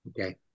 Okay